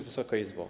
Wysoka Izbo!